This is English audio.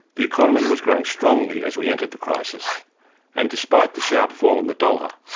the economy was growing strongly as we entered the crisis and despite the sharp fall in the dollar,